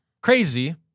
crazy